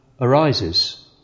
arises